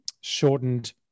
shortened